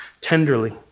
tenderly